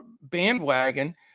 bandwagon